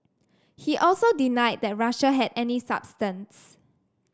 he also denied that Russia had any substance